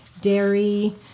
dairy